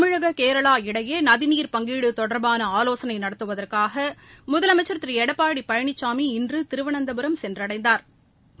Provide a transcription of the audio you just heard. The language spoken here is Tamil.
தமிழக கேரளா இடையே நதிநீர் பங்கீடு தொடர்பான ஆலோசனை நடத்துவதற்காக முதலமைச்சா் திரு எடப்பாடி பழனிசாமி இன்று திருவனந்தபுரம் சென்றடைந்தாா்